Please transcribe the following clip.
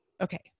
okay